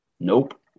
Nope